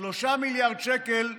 3 מיליארד שקל פנסיות.